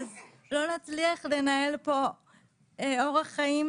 לא נצליח לנהל פה אורח חיים